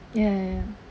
ya ya ya